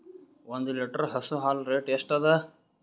ಒಂದ್ ಲೀಟರ್ ಹಸು ಹಾಲ್ ರೇಟ್ ಎಷ್ಟ ಅದ?